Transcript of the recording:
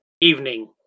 evening